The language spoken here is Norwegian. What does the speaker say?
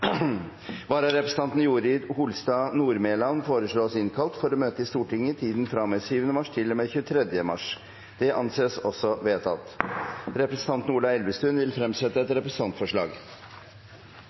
Vararepresentanten Jorid Holstad Nordmelan foreslås innkalt for å møte i Stortinget i tiden fra og med 7. mars til og med 23. mars. – Det anses også vedtatt. Representanten Ola Elvestuen vil fremsette et